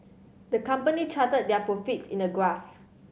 the company charted their profits in a graph